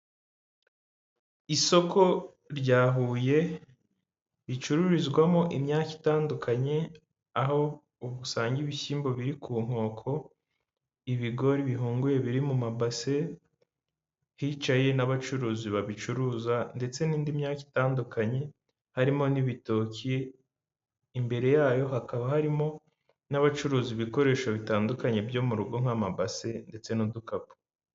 Isoko rya Huye ricururizwamo imyaka itandukanye, aho usanga ibishyimbo biri ku nkoko, ibigori bihunguye biri mu mabase, hicaye n'abacuruzi babicuruza ndetse n'indi myaka itandukanye, harimo n'ibitoki, imbere yayo hakaba harimo n'abacuruza ibikoresho bitandukanye byo mu rugo nk'amabase ndetse n'udukapu.